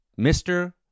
Mr